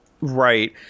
Right